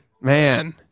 Man